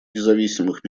независимых